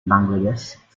bangladesh